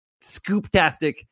scoop-tastic